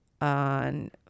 on